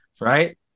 right